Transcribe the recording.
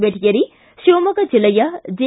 ಬೆಟಗೇರಿ ಶಿವಮೊಗ್ಗ ಜಿಲ್ಲೆಯ ಜೆ